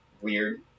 weird